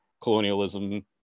colonialism